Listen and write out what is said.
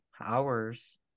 hours